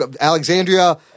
Alexandria –